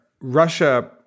Russia